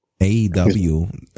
AEW